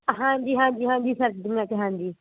ਹਾਂਜੀ ਹਾਂਜੀ ਹਾਂਜੀ ਸਰਦੀਆਂ 'ਚ ਹਾਂਜੀ